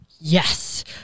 yes